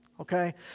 okay